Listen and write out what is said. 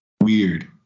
weird